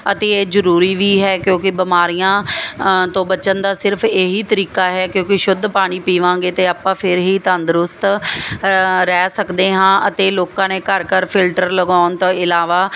ਅਤੇ ਇਹ ਜਰੂਰੀ ਵੀ ਹੈ ਕਿਉਂਕਿ ਬਿਮਾਰੀਆਂ ਤੋਂ ਬਚਣ ਦਾ ਸਿਰਫ ਇਹੀ ਤਰੀਕਾ ਹੈ ਕਿਉਂਕਿ ਸ਼ੁੱਧ ਪਾਣੀ ਪੀਵਾਂਗੇ ਤੇ ਆਪਾਂ ਫਿਰ ਹੀ ਤੰਦਰੁਸਤ ਰਹਿ ਸਕਦੇ ਹਾਂ ਅਤੇ ਲੋਕਾਂ ਨੇ ਘਰ ਘਰ ਫਿਲਟਰ ਲਗਾਉਣ ਤੋਂ ਇਲਾਵਾ